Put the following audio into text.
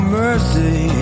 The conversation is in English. mercy